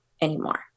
anymore